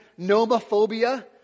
nomophobia